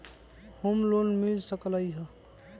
Home loan मिल सकलइ ह?